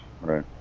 Right